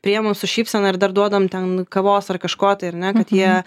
priimam su šypsena ir dar duodam ten kavos ar kažko tai ar ne kad jie